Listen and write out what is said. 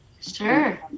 Sure